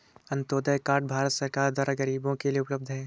Antyodaya card Bharat सरकार द्वारा गरीबो के लिए उपलब्ध है